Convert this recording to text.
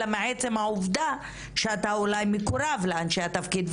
אלא אולי מהעובדה שאתה מקורב לאנשים בתפקיד.